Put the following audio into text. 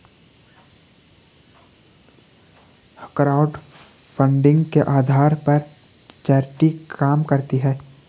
crowdfunding के आधार पर चैरिटी काम करती है